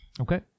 Okay